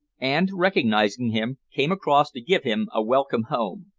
and, recognizing him, came across to give him a welcome home.